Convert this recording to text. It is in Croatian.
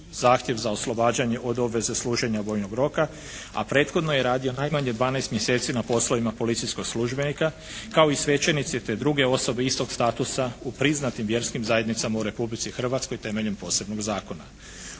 zahtjev za oslobađanje od obveze služenja vojnog roka, a prethodno je radio najmanje 12 mjeseci na poslovima policijskog službenika kao i svećenici te druge osobe istog statusa u priznatim vjerskim zajednicama u Republici Hrvatskoj temeljem posebnog zakona.